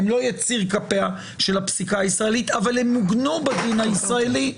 הן לא יציר כפיה של הפסיקה הישראלית אבל הן עוגנו בדין הישראלי,